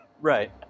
Right